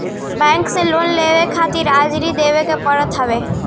bank से loan लेवे खातिर अर्जी देवे के पड़त हवे